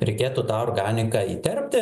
reikėtų tą organiką įterpti